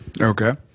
Okay